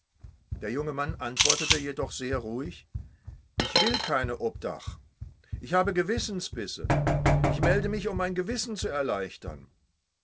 der junge mann antwortete jedoch sehr ruhig ich will kein obdach ich habe gewissensbisse ich melde mich um mein gewissen zu erleichtern